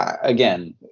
again